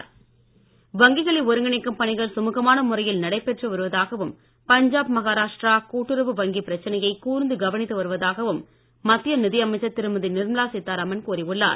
நிர்மலா வங்கிகளை ஒருங்கிணைக்கும் பணிகள் சுமுகமான முறையில் நடைபெற்று வருவதாகவும் பஞ்சாப் மகாராஷ்டிரா கூட்டுறவு வங்கி பிரச்சனையை கூர்ந்து கவனித்து வருவதாகவும் மத்திய நிதியமைச்சர் திருமதி நிர்மலா சீத்தாராமன் கூறி உள்ளார்